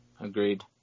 Agreed